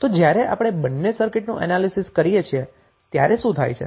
તો જ્યારે આપણે બંને સર્કિટનું એનાલીસીસ કરીએ છીએ ત્યારે શુ થાય છે